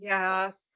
Yes